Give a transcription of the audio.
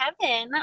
Kevin